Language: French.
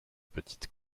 petites